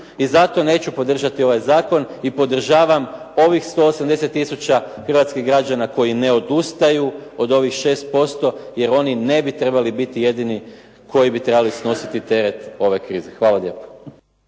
I zato neću podržati ovaj zakon i podržavam ovih 180 tisuća hrvatskih građana koji ne odustaju od ovih 6% jer oni ne bi trebali biti jedini koji bi trebali snositi teret ove krize. Hvala lijepa.